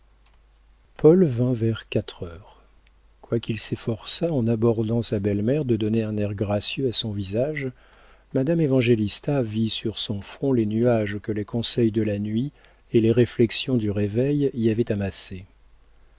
paul vint vers quatre heures quoiqu'il s'efforçât en abordant sa belle-mère de donner un air gracieux à son visage madame évangélista vit sur son front les nuages que les conseils de la nuit et les réflexions du réveil y avaient amassés